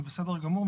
זה בסדר גמור,